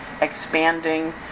expanding